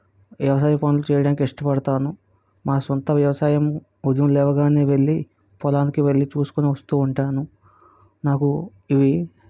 వ్యవసాయ పనులు చేయడానికి ఇష్టపడుతాను మా సొంత వ్యవసాయం ఉదయం లేవగానే వెళ్ళి పొలానికి వెళ్ళి చూసుకోని వస్తూ ఉంటాను నాకు ఇవి